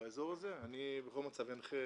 באזור הזה בכל מצב אנחה